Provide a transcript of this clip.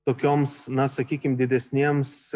tokioms na sakykim didesnėms